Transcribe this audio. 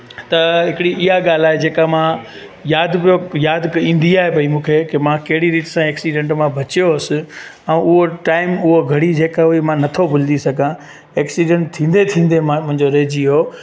त हिकिड़ी इहा ॻाल्हि आहे जेका मां यादि पियो यादि बि ईंदी आहे भाई मूंखे की मां कहिड़ी रित सां एक्सिडंट मां बचियो हुयुसि ऐं उहो टाइम उहो घड़ी जेका हुई मां नथो भुलिजी सघां एक्सिडंट थींदे थींदे मां मुंहिंजो रहिजी वियो